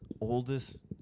oldest